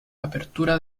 apertura